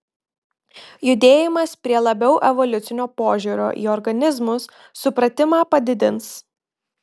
judėjimas prie labiau evoliucinio požiūrio į organizmus supratimą padidins